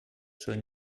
son